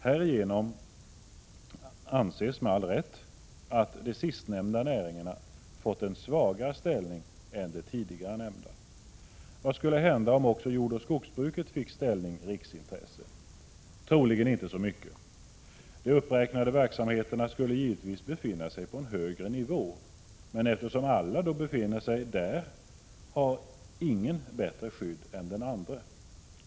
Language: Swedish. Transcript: Härigenom anses med all rätt att de sistnämnda näringarna fått en svagare ställning än de tidigare nämnda. Vad skulle hända om också jordoch skogsbruket fick ställningen riksintresse? Troligen inte så mycket. De uppräknade verksamheterna skulle givetvis befinna sig på en högre nivå, men eftersom alla då befinner sig där har ingen bättre skydd än den andre.